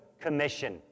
Commission